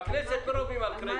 בכנסת לא רבים על קרדיט.